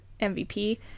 mvp